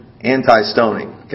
anti-stoning